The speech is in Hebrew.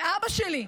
ואבא שלי,